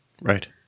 Right